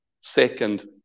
second